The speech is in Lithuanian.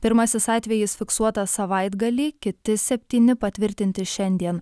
pirmasis atvejis fiksuotas savaitgalį kiti septyni patvirtinti šiandien